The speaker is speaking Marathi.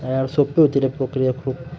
यार सोपी होती रे प्रक्रिया खूप